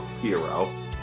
Hero